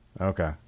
Okay